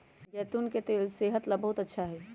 जैतून के तेल सेहत ला बहुत अच्छा हई